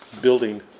building